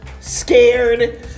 scared